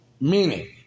meaning